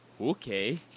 okay